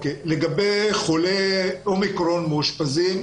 לגבי חולי אומיקרון מאושפזים.